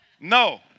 No